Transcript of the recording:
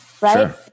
right